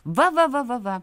va va va vava